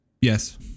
Yes